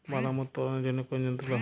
বাদাম উত্তোলনের জন্য কোন যন্ত্র ভালো?